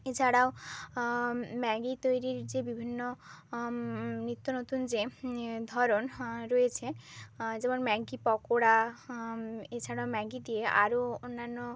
এছাড়াও ম্যাগি তৈরির যে বিভিন্ন নিত্য নতুন যে এ ধরন হাঁ রয়েছে যেমন ম্যাগি পকোড়া এছাড়া ম্যাগি দিয়ে আরো অন্যান্য